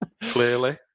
clearly